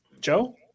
Joe